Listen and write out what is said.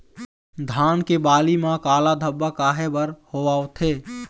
धान के बाली म काला धब्बा काहे बर होवथे?